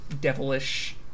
devilish